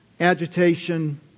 agitation